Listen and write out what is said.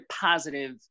positive